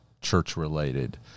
church-related